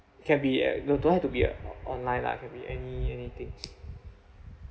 can be uh don't don't have to be uh o~ online lah can be any anything